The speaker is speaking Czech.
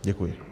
Děkuji.